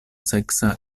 seksa